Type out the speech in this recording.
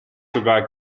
sogar